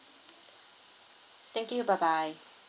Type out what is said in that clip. thank you bye bye